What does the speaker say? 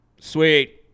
Sweet